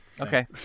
Okay